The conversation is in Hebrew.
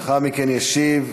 לאחר מכן ישיב